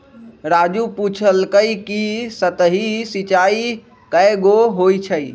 राजू पूछलकई कि सतही सिंचाई कैगो होई छई